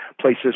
places